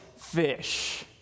fish